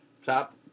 top